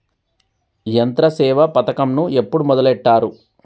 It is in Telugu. యంత్రసేవ పథకమును ఎప్పుడు మొదలెట్టారు?